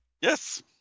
Yes